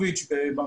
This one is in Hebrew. את הילדים שלהם,